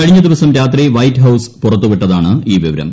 കഴിഞ്ഞ ദിവസം രാത്രി വൈറ്റ് ഹൌസ് പുറത്തുവിട്ടതാണ് ഈ വിവരം